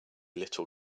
little